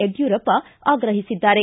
ಯಡ್ಕೂರಪ್ಪ ಆಗ್ರಹಿಸಿದ್ದಾರೆ